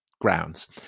grounds